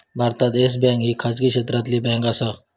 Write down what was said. भारतात Yes Bank ही खाजगी क्षेत्रातली बँक आसा